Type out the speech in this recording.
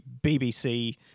BBC